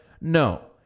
No